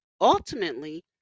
Ultimately